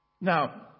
Now